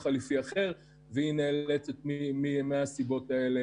זה אומר להזמין עורך מבדקי בטיחות ולבדוק שהסביבה